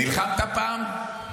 נלחמת פעם?